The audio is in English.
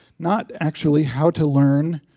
not actually how to learn